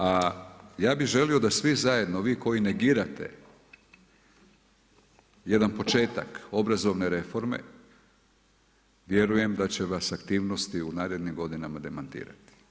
A ja bih želio da svi zajedno vi koji negirate jedan početak obrazovne reforme vjerujem da će vas aktivnosti u narednim godinama demantirati.